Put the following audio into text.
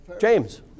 James